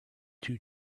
two